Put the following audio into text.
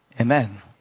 Amen